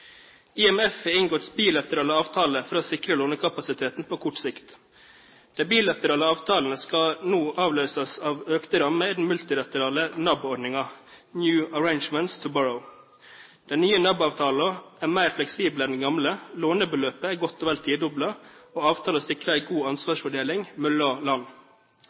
IMF har inngått bilaterale avtaler for å sikre lånekapasiteten på kort sikt. De bilaterale avtalene skal nå avløses av økte rammer i den multilaterale NAB-ordningen, New Arrangements to Borrow. Den nye NAB-avtalen er mer fleksibel enn den gamle, lånebeløpet er godt og vel tidoblet, og avtalen sikrer en god ansvarsfordeling mellom land.